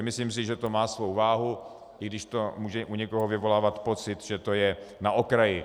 Myslím si, že to má svou váhu, i když to může u někoho vyvolávat pocit, že to je na okraji.